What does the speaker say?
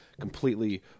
completely